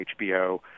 HBO